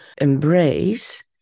embrace